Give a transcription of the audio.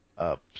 up